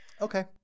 Okay